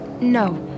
no